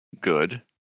good